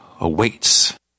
awaits